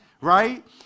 right